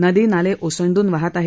नदी नाले ओसंडून वाहत आहेत